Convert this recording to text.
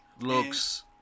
Looks